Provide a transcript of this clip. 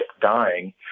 dying